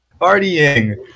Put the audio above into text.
partying